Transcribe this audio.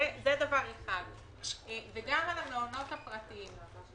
לגבי המעונות הפרטיים.